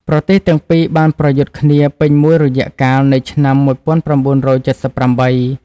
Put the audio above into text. ប្រទេសទាំងពីរបានប្រយុទ្ធគ្នាពេញមួយរយៈកាលនៃឆ្នាំ ១៩៧៨។